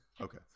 Okay